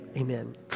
amen